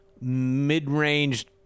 mid-range